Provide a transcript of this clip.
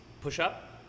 push-up